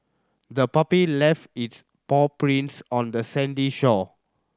the puppy left its paw prints on the sandy shore